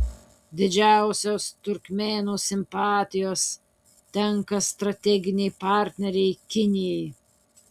didžiausios turkmėnų simpatijos tenka strateginei partnerei kinijai